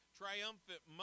triumphant